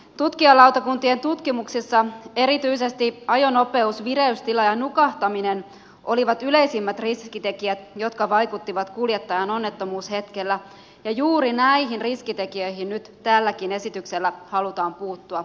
tutkijalautakuntien tutkimuksissa erityisesti ajonopeus vireystila ja nukahtaminen olivat yleisimmät riskitekijät jotka vaikuttivat kuljettajaan onnettomuushetkellä ja juuri näihin riskitekijöihin nyt tälläkin esityksellä halutaan puuttua